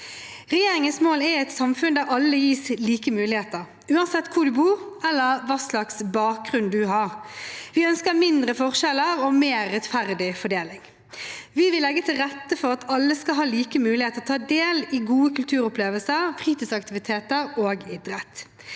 Regjeringens mål er et samfunn der alle gis like muligheter, uansett hvor du bor, eller hva slags bakgrunn du har. Vi ønsker mindre forskjeller og mer rettferdig fordeling. Vi vil legge til rette for at alle skal ha like muligheter til å ta del i gode kulturopplevelser, fritidsaktiviteter og idrett.